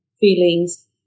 feelings